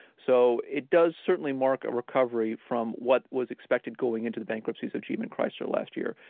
so it does certainly mark a recovery from what was expected going into the bankruptcies of gm and chrysler last year.